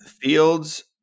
Fields